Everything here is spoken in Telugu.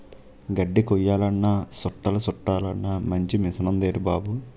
గడ్దిని కొయ్యాలన్నా సుట్టలు సుట్టలన్నా మంచి మిసనుందేటి బాబూ